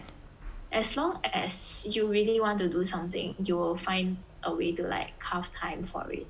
as long as you really want to do something you will find a way to like carve time for it